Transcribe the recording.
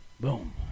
Boom